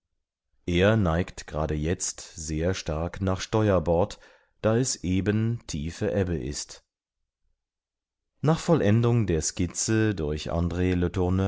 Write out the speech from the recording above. er neigt gerade jetzt sehr stark nach steuerbord da es eben tiefe ebbe ist nach vollendung der skizze durch andr